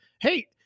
hey